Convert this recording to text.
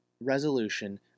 resolution